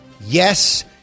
Yes